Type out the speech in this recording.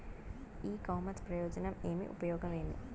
ఇ commerce ప్రయోజనం ఏమి? ఉపయోగం ఏమి?